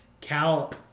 Cal